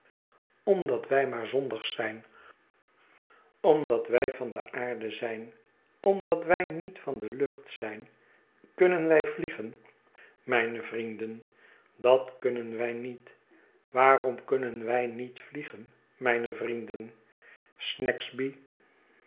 omdat wij maar zondig zijn omdat wij van de aarde zijn omdat wij niet van de lucht zijn kunnen wij vliegen mijne vrienden dat kunnen wij niet waarom kunnen wij niet vliegen mijne vrienden